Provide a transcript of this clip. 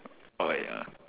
!oi! uh